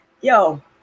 Yo